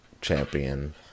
champion